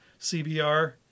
CBR